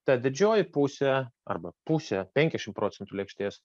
ta didžioji pusė arba pusė penkiasdešimt procentų lėkštės